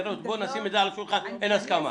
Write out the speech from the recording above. בואו נשים את זה מראש על השולחן אין הסכמה.